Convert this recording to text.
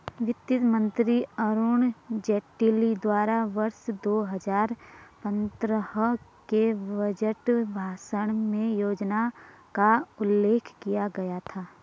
वित्त मंत्री अरुण जेटली द्वारा वर्ष दो हजार पन्द्रह के बजट भाषण में योजना का उल्लेख किया गया था